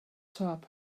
tub